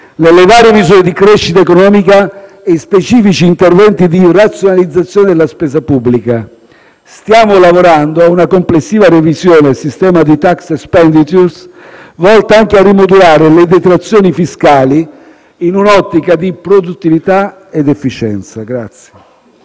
nelle varie misure di crescita economica e in specifici interventi di razionalizzazione della spesa pubblica. Stiamo lavorando a una complessiva revisione del sistema di *tax expenditures*, volta anche a rimodulare le detrazioni fiscali in un'ottica di produttività ed efficienza.